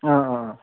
अँ अँ अँ